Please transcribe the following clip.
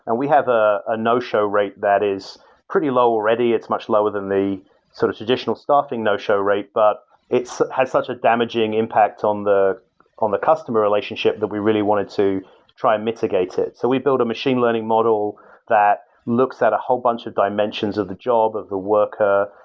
and we have a a no show rate that is pretty low already. it's much lower than the sort of traditional staffing no show rate, but it has such a damaging impact on the on the customer relationship that we really wanted to try and mitigate it. so we built a machine learning model that looks at a whole bunch of dimensions of the job of the worker,